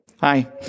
Hi